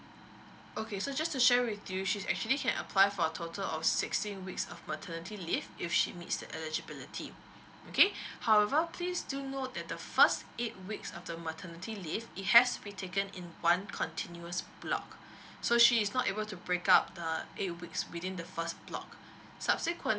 okay so just to share with you she is actually can apply for a total of sixteen weeks of maternity leave if she meets the eligibility okay however please do note that the first eight weeks after maternity leave it has been taken in one continuous block so she is not able to break up the uh eight weeks within the first block subsequently